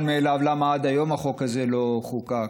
מאליו למה עד היום החוק הזה לא חוקק,